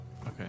Okay